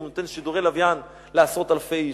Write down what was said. הוא נותן שידורי לוויין לעשרות אלפי איש.